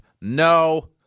no